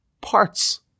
Parts